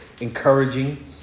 encouraging